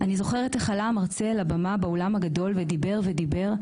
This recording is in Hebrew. אני זוכרת איך עלה מרצה לבמה באולם הגדול ודיבר ודיבר,